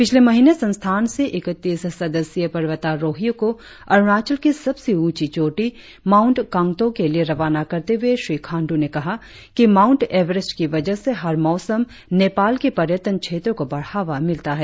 पिछले महिनें संस्थान से इक्तीस सदस्यीय पर्वतारोहियो को अरुणाचल की सबसे ऊँची चोटी माउण्ट कांग्टों के लिए रवाना करते हुए श्री खांडू ने कहा कि माउण्ट एवरेस्ट की वजह से हर मौसम नेपाल के पर्यटन क्षेत्रों को बढ़ावा मिलता है